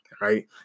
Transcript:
right